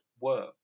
work